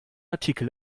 artikel